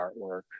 artwork